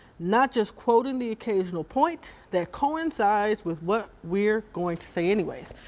not just quoting the occasional point that coincides with what we're going to say anyways.